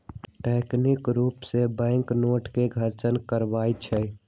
तकनिकी रूप से बैंक बैंकनोट के घोषणा करई छई